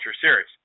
series